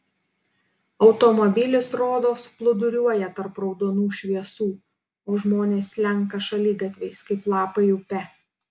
automobilis rodos plūduriuoja tarp raudonų šviesų o žmonės slenka šaligatviais kaip lapai upe